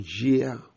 year